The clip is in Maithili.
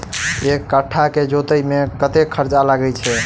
एक कट्ठा केँ जोतय मे कतेक खर्चा लागै छै?